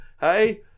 Hey